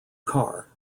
car